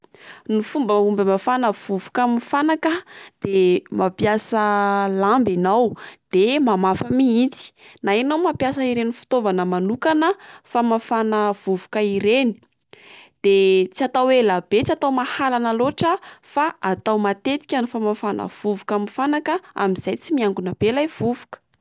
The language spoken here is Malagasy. Ny fomba mahomby hamafana vovoka amin'ny fanaka de mampiasa lamba eanao de mamafa mihitsy, na ianao mampiasa ireny fitaovana manokana famafana vovoka ireny, de tsy atao ela be tsy atao mahalana loatra fa atao matetika ny famafana vovoka amin'ny fanaka amin'izay tsy miangona be ilay vovoka.